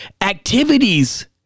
activities